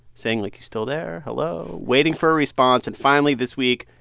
saying, like, you still there? hello? waiting for a response. and finally, this week,